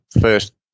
first